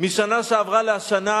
משנה שעברה לשנה,